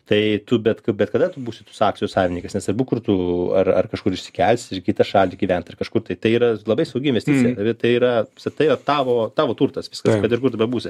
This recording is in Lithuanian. tai tu bet ku bet kada tu būsi akcijų savininkas nesvarbu kur tu ar ar kažkur išsikelsi į kitą šalį gyvent ar kažkurtai tai yra labai saugi investicija tai yra visa tai tavo tavo turtas viskas kad ir kur tu bebūsi